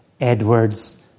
Edwards